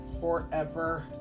forever